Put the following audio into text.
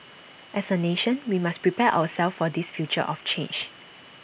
as A nation we must prepare ourselves for this future of change